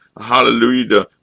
hallelujah